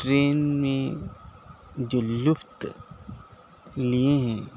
train میں جو لفط لیے ہیں